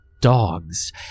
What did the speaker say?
dogs